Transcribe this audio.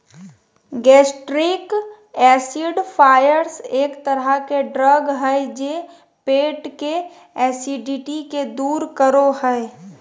gastric acidifiers एक तरह के ड्रग हय जे पेट के एसिडिटी के दूर करो हय